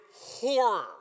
horror